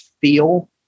feel